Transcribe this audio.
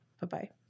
Bye-bye